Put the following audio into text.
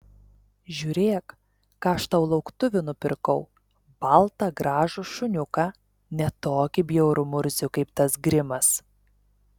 žiūrėk ką aš tau lauktuvių nupirkau baltą gražų šuniuką ne tokį bjaurų murzių kaip tas grimas